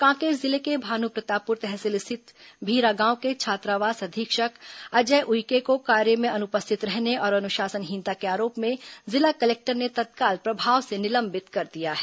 कांकेर जिले के भानुप्रतापपुर तहसील स्थित भीरागांव के छात्रावास अधीक्षक अजय उइके को कार्य में अनुपस्थित रहने और अनुशासनहीनता के आरोप में जिला कलेक्टर ने तत्काल प्रभाव से निलंबित कर दिया है